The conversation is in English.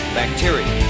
bacteria